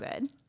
good